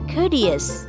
Courteous